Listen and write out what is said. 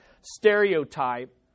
stereotype